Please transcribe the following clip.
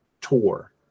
tour